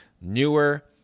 newer